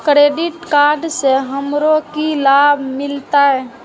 Credit card से हमरो की लाभ मिलते?